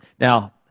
Now